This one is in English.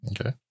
Okay